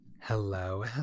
hello